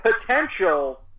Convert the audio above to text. potential